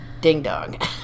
ding-dong